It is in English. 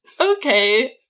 Okay